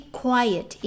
quiet